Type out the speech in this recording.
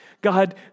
God